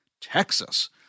Texas